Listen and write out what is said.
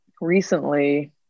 recently